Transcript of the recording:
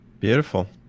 Beautiful